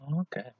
Okay